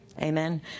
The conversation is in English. Amen